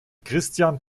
christian